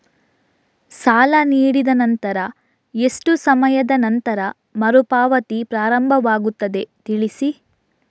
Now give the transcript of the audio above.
ಸಾಲ ನೀಡಿದ ನಂತರ ಎಷ್ಟು ಸಮಯದ ನಂತರ ಮರುಪಾವತಿ ಪ್ರಾರಂಭವಾಗುತ್ತದೆ ತಿಳಿಸಿ?